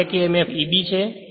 અને આ back emf Eb છે